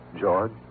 George